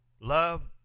Love